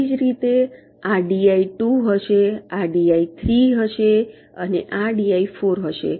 એ જ રીતે આ ડી આઈ 2 હશે આ ડી આઈ 3 હશે અને આ ડી આઈ 4 હશે